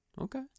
okay